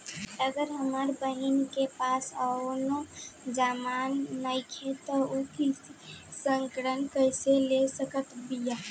अगर हमार बहिन के पास कउनों जमानत नइखें त उ कृषि ऋण कइसे ले सकत बिया?